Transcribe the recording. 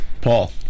Paul